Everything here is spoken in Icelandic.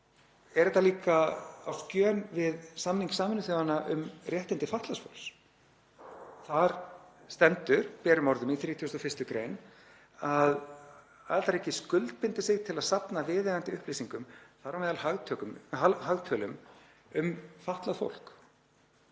er þetta líka á skjön við samning Sameinuðu þjóðanna um réttindi fatlaðs fólks. Þar stendur berum orðum í 31. gr. að aðildarríki skuldbindi sig til að safna viðeigandi upplýsingum, þar á meðal hagtölum, um fatlað fólk.